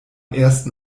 ersten